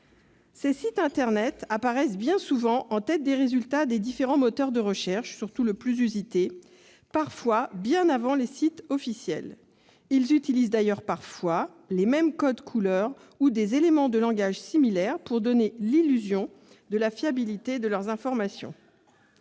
Ces sites internet apparaissent bien souvent en tête des résultats des moteurs de recherche, surtout sur le plus usité, et parfois bien avant les sites officiels. Ils utilisent les mêmes codes couleur ou des éléments de langage similaires pour donner l'illusion de la fiabilité de leurs informations.